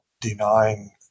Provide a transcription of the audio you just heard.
denying